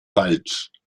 falsch